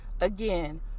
again